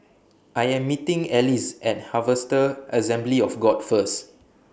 I Am meeting Alize At Harvester Assembly of God First